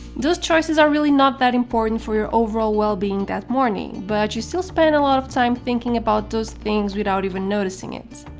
those choices are really not that important for your overall well being that morning, but you still spend a lot of time thinking about those things without even noticing it.